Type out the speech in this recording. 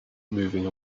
moving